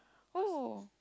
oh